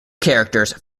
characters